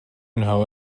know